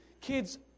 Kids